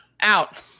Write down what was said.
Out